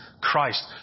Christ